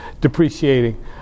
depreciating